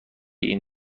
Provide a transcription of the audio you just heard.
این